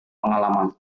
pengalaman